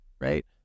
right